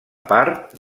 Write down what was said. part